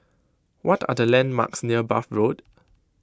what are the landmarks near Bath Road